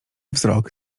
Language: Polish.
wzrok